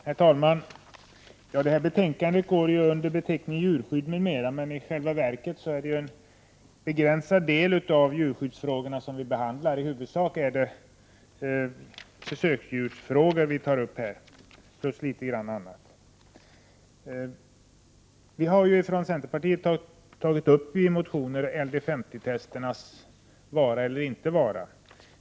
Herr talman! Detta betänkande går under beteckningen Djurskydd m.m. I själva verket upptar dock djurskyddsfrågorna endast en begränsad del av betänkandet. I huvudsak är det frågor kring försöksdjur som tas upp. Vi har ifrån centerpartiet tagit upp i motioner LD50-testernas vara eller inte vara.